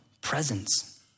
presence